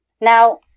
now